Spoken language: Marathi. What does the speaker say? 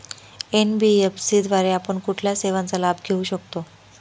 एन.बी.एफ.सी द्वारे आपण कुठल्या सेवांचा लाभ घेऊ शकतो?